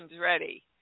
ready